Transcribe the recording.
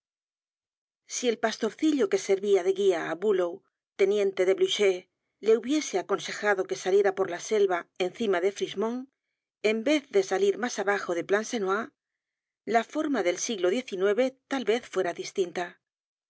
si el pastorcillo que servia de guia á bulow teniente de blucher le hubiese aconsejado que saliera por la selva encima de frischemont en vez de salir mas abajo de plancenoit la forma del siglo xix tal vez fuera distinta